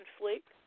conflict